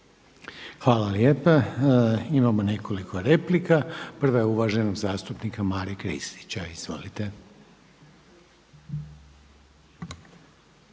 Hvala lijepa. Imamo više replika. Prva je ona uvaženog zastupnika Franje Lucića. Izvolite.